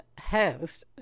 host